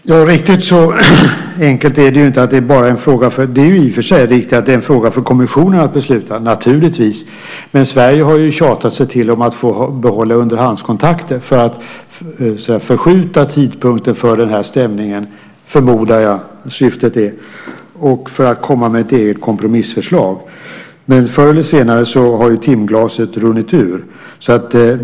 Herr talman! Riktigt så enkelt är det inte. Det är i och för sig riktigt att det är en fråga för kommissionen att besluta. Naturligtvis. Men Sverige har tjatat sig till att få behålla underhandskontakter för att förskjuta tidpunkten för stämningen - förmodar jag att syftet är - och för att lägga fram ett eget kompromissförslag. Förr eller senare har timglaset runnit ut.